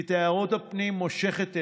כי תיירות הפנים מושכת אליה,